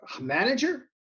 manager